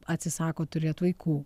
atsisako turėt vaikų